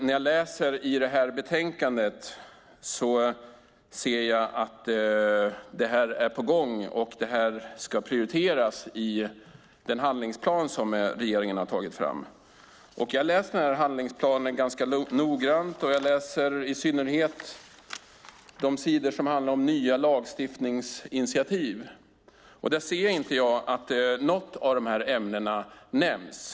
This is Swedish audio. När jag läser betänkandet ser jag att det är på gång och att det ska prioriteras i den handlingsplan som regeringen har tagit fram. Jag har läst handlingsplanen ganska noggrant, i synnerhet de sidor som handlar om nya lagstiftningsinitiativ. Där ser jag inte att något av de här ämnena nämns.